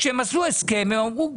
כשהם עשו הסכם הם אמרו,